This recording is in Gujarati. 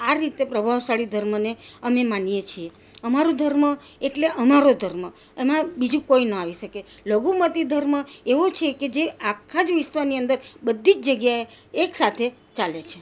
આ રીતે પ્રભાવશાળી ધર્મને અમે માનીએ છીએ અમારું ધર્મ એટલે અમારો ધર્મ એમાં બીજું કોઈ ન આવી શકે લઘુમતી ધર્મ એવું છે કે જે આખા જ વિશ્વની અંદર બધી જ જગ્યાએ એકસાથે ચાલે છે